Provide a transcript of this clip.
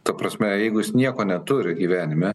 ta prasme jeigu jis nieko neturi gyvenime